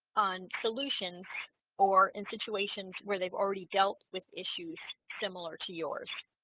on solution or in situations where they've already dealt with issues similar to yours